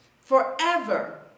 forever